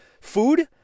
food